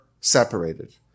separated